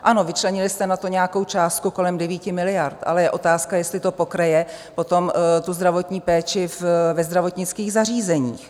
Ano, vyčlenili jste na to nějakou částku kolem 9 miliard, ale je otázka, jestli to pokryje potom tu zdravotní péči ve zdravotnických zařízeních.